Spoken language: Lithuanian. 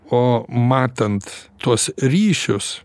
o matant tuos ryšius